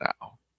now